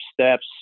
steps